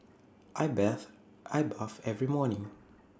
I bathe I every morning